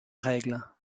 règle